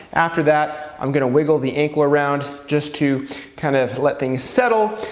after that, i'm gonna wiggle the ankle around just to kind of let things settle.